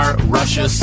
Russia